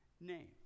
name